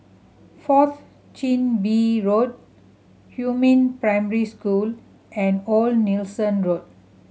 Fourth Chin Bee Road Huamin Primary School and Old Nelson Road